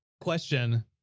Question